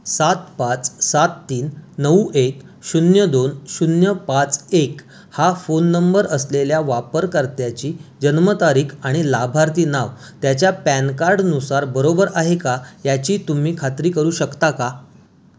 सात पाच सात तीन नऊ एक शून्य दोन शून्य पाच एक हा फोन नंबर असलेल्या वापरकर्त्याची जन्मतारीख आणि लाभार्थी नाव त्याच्या पॅनकार्डनुसार बरोबर आहे का याची तुम्ही खात्री करू शकता का